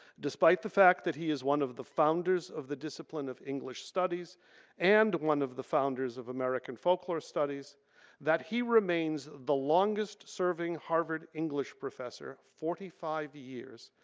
despite the fact that he is one of the founders of the discipline of english studies and one of the founders of american folklore studies that he remains the longest serving harvard english professor, forty five years,